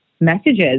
messages